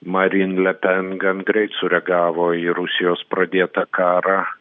marin le pen gan greit sureagavo į rusijos pradėtą karą